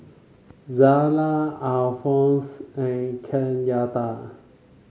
Zella Alphonse and Kenyatta